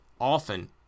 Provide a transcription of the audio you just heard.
often